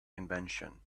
invention